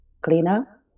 Cleaner